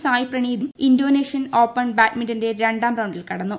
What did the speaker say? സായ് പ്രണീതും Indonesian open ബാഡ്മിന്റണിന്റെ രണ്ടാം റൌണ്ടിൽ കടന്നു